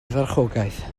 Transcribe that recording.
farchogaeth